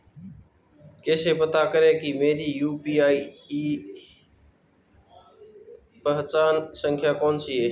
कैसे पता करें कि मेरी यू.पी.आई पहचान संख्या कौनसी है?